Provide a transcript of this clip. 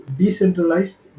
decentralized